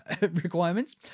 requirements